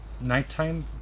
nighttime